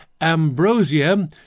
Ambrosia